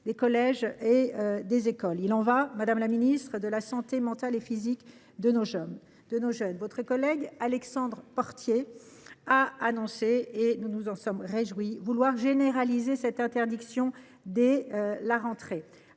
d’écrans chez les jeunes. Il y va, madame la ministre, de la santé mentale et physique de nos jeunes. Votre collègue Alexandre Portier a annoncé, et nous nous en sommes réjouis, qu’il voulait généraliser cette interdiction dès la rentrée